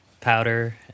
powder